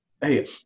Hey